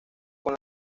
con